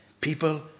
People